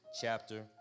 chapter